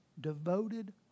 devoted